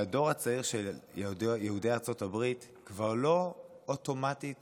צריך להבין שהדור הצעיר של יהודי ארצות הברית כבר לא מתעסק אוטומטית